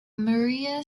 maria